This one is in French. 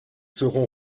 seront